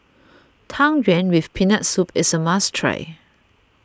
Tang Yuen with Peanut Soup is a must try